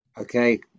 Okay